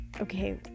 okay